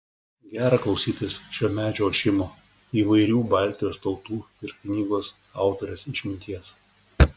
gera klausytis šio medžio ošimo įvairių baltijos tautų ir knygos autorės išminties